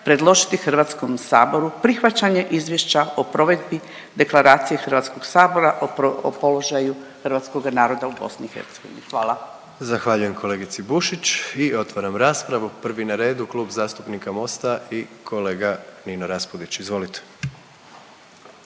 predložiti Hrvatskom saboru prihvaćanje Izvješća o provedbi Deklaracije Hrvatskog sabora o položaju Hrvatskoga naroda u Bosni i Hercegovini. Hvala. **Jandroković, Gordan (HDZ)** Zahvaljujem kolegici Bušić i otvaram raspravu. Prvi na redu Klub zastupnika Mosta i kolega Nino Raspudić, izvolite.